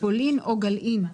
הפתרון הוא לא לקבוע עכשיו.